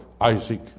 Isaac